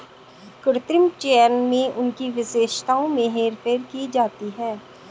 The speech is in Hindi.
कृत्रिम चयन में उनकी विशेषताओं में हेरफेर की जाती है